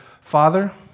Father